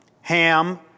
Ham